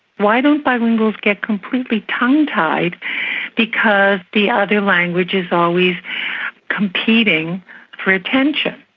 why don't bilinguals get completely tongue-tied because the other language is always competing for attention?